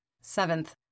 Seventh